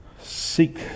seek